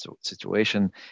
situation